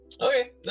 Okay